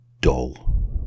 dull